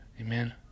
Amen